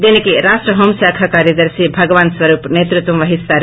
దీనికి రాష్ట హోంశాఖ కార్యదర్శి భగవాన్ స్వరూప్ నేతృత్వం వహిస్తారు